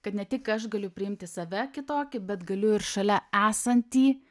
kad ne tik aš galiu priimti save kitokį bet galiu ir šalia esantį